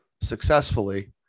successfully